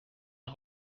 man